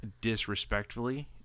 disrespectfully